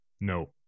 No